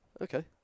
Okay